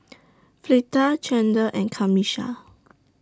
Fleeta Chandler and Camisha